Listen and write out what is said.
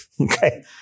Okay